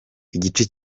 igice